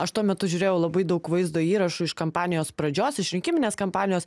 aš tuo metu žiūrėjau labai daug vaizdo įrašų iš kampanijos pradžios iš rinkiminės kampanijos